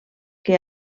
que